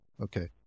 Okay